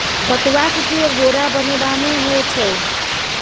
पटुआक उपयोग बोरा बनेबामे होए छै